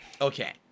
Okay